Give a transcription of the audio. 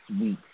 weeks